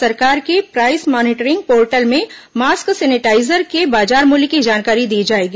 भारत सरकार के price monitoring portal में मास्क सेनिटाईजर के बाजार मूल्य की जानकारी दी जाएगी